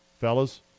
fellas